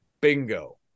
Bingo